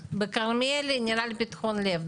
בכרמיאל נראה לי פתחון לב.